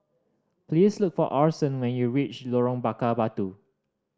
please look for Orson when you reach Lorong Bakar Batu